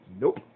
Nope